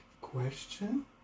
Question